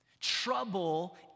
Trouble